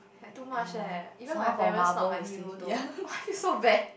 too much leh even my parents not my hero though why you so bad